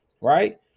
right